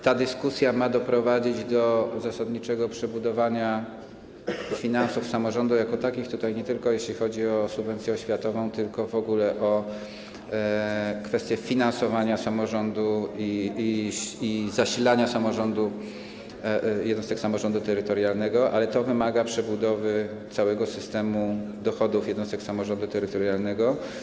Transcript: Ta dyskusja ma doprowadzić do zasadniczego przebudowania finansów samorządów jako takich, chodzi tu nie tylko o subwencję oświatową, tylko w ogóle o kwestie finansowania samorządu i zasilania samorządu, jednostek samorządu terytorialnego, ale to wymaga przebudowy całego systemu dochodów jednostek samorządu terytorialnego.